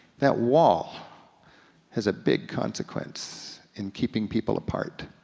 that wall has a big consequence in keeping people apart.